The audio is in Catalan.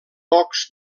pocs